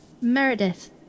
Meredith